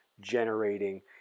generating